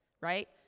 right